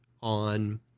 on